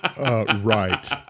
Right